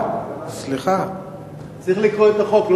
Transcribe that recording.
צריך לקרוא את החוק.